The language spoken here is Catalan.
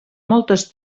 moltes